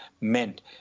meant